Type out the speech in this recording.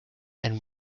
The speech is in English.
and